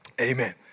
amen